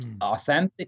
Authentic